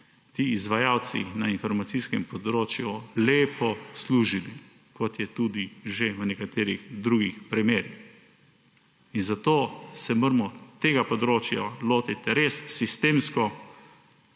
ti izvajalci na informacijskem področju lepo služili, kot je tudi že v nekaterih drugih primerih. Zato se moramo tega področja lotiti res sistemsko,